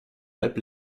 halb